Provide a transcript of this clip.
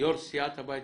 יושב-ראש סיעת יש עתיד,